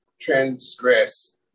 transgress